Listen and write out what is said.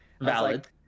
Valid